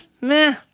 meh